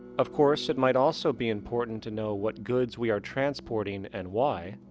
of course, it might also be important to know what goods we are transporting and why.